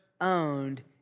owned